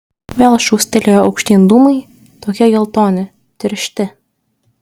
vėl šūstelėjo aukštyn dūmai tokie geltoni tiršti